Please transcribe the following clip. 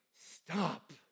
stop